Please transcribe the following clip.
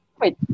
Wait